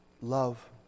love